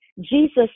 Jesus